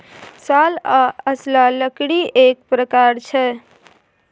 साल आ असला लकड़ीएक प्रकार छै